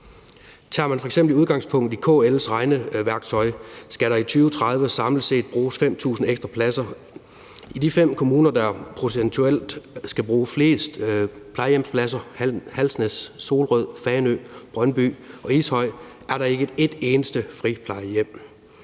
Tager man f.eks. udgangspunkt i KL's regneværktøj, skal der i 2030 samlet set bruges 5.000 ekstra pladser. I de fem kommuner, der procentuelt skal bruge flest plejehjemspladser, Halsnæs, Solrød, Fanø, Brøndby og Ishøj, er der ikke et eneste friplejehjem.